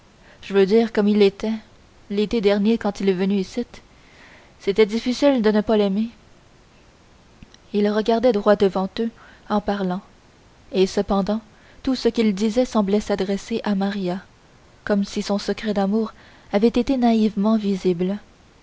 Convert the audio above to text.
je veux dire comme il était l'été dernier quand il est venu icitte c'était difficile de ne pas l'aimer ils regardaient droit devant eux en parlant et cependant tout ce qu'ils disaient semblait s'adresser à maria comme si son secret d'amour avait été naïvement visible